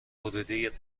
ورودی